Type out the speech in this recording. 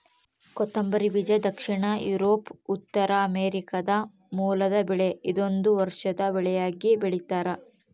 ಕೊತ್ತಂಬರಿ ಬೀಜ ದಕ್ಷಿಣ ಯೂರೋಪ್ ಉತ್ತರಾಮೆರಿಕಾದ ಮೂಲದ ಬೆಳೆ ಇದೊಂದು ವರ್ಷದ ಬೆಳೆಯಾಗಿ ಬೆಳ್ತ್ಯಾರ